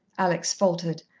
alex faltered,